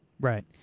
Right